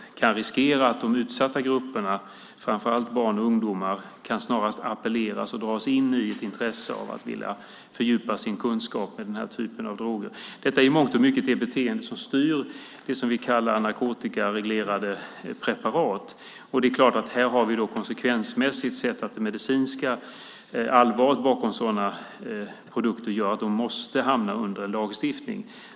Det kan riskera att de utsatta grupperna, framför allt barn och ungdomar, snarast appelleras och dras in i intresse av att vilja fördjupa sin kunskap om den här typen av droger. Detta är i mångt och mycket det beteende som styr det som vi kallar narkotikareglerade preparat. Det är klart att vi här konsekvensmässigt har sett att det medicinska allvaret bakom sådana produkter gör att de måste hamna under lagstiftning.